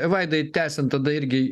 vaidai tęsiant tada irgi